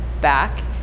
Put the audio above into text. back